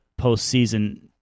postseason